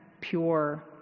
pure